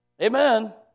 Amen